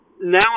Now